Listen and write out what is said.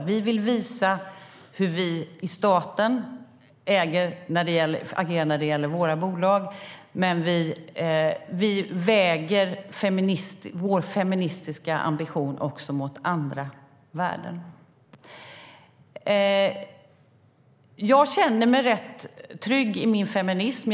Vi vill visa hur vi i staten agerar när det gäller våra bolag, men vi väger vår feministiska ambition också mot andra värden. Jag känner mig rätt trygg i min feminism.